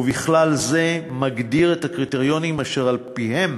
ובכלל זה מגדיר את הקריטריונים אשר על-פיהם